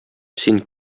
син